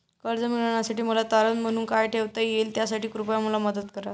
कर्ज मिळविण्यासाठी मला तारण म्हणून काय ठेवता येईल त्यासाठी कृपया मला मदत करा